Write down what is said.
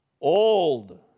old